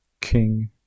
King